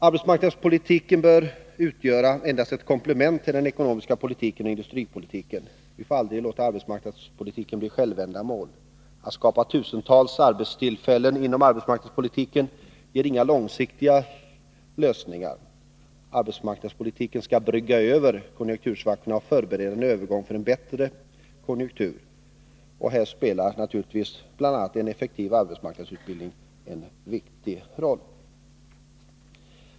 Arbetsmarknadspolitiken bör utgöra endast ett komplement till den ekonomiska politiken och industripolitiken. Vi får aldrig låta arbetsmarknadspolitiken bli ett självändamål. Att skapa tusentals arbetstillfällen inom arbetsmarknadspolitiken ger inga långsiktiga lösningar. Arbetsmarknadspolitiken skall brygga över konjunktursvackorna och förbereda för en övergång till bättre konjunkturer. Här spelar naturligtvis bl.a. en effektiv arbetsmarknadsutbildning en viktig roll.